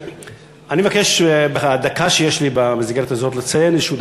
אני מבקש בדקה שיש לי במסגרת הזאת לציין איזשהו